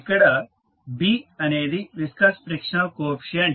ఇక్కడ B అనేది viscous frictional coefficient